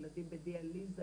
ילדים בדיאליזה,